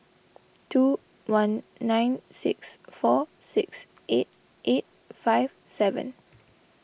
two one nine six four six eight eight five seven